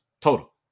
Total